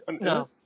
No